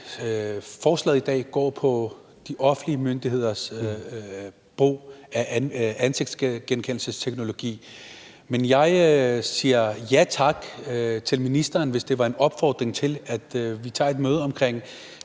forslaget i dag går på de offentlige myndigheders brug af ansigtsgenkendelsesteknologi, men jeg siger ja tak til ministeren, hvis det var en opfordring til, at vi tager et møde om